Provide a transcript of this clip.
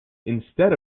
instead